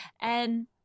And-